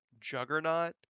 Juggernaut